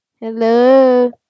Hello